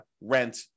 rent